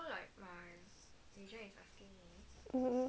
mmhmm